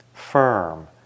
Firm